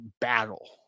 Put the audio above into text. battle